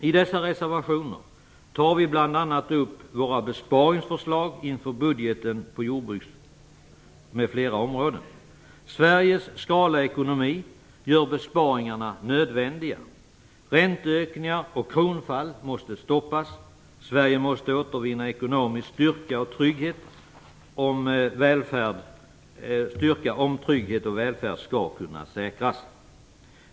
I dessa reservationer tar vi bl.a. upp våra besparingsförslag inför budgeten på bl.a. jordbrukets område. Sveriges skrala ekonomi gör besparingarna nödvändiga. Räntehöjningar och kronfall måste stoppas. Sverige måste återvinna ekonomisk styrka och trygghet, om välfärd skall kunna säkras.